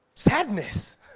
Sadness